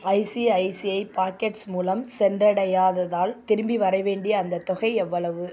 ICICI packets மூலம் சென்றடையாததால் திரும்பி வரவேண்டிய அந்தத் தொகை எவ்வளவு